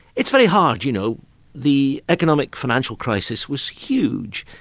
it's very hard, you know the economic financial crisis was huge,